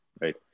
right